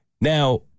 Now